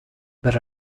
but